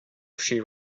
she